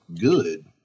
good